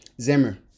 Zimmer